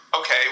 Okay